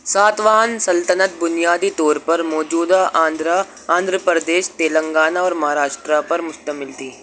ساتواہن سلطنت بنیادی طور پر موجودہ آندھرا آندھرا پردیش تلنگانہ اور مہاراشٹر پر مشتمل تھی